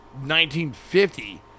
1950